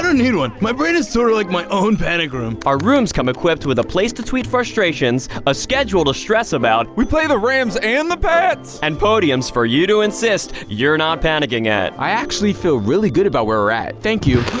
need one my brain is sort of like my own panic room our rooms come equipped with a place to tweet frustrations a schedule to stress about we play the rams and the pats! and podiums for you to insist you're not panicking at i actually feel really good about where we're at thank you